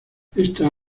esta